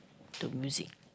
to music